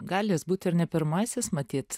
gali jis būt ir ne pirmasis matyt